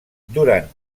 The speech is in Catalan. durant